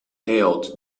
hailed